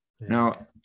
Now